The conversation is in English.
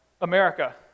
America